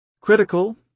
Critical